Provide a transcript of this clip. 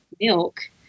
milk